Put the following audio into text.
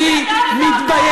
מה זה "לא אעבור